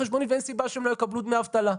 חשבונית ואין סיבה שהם לא יקבלו דמי אבטלה.